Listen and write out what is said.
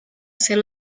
ser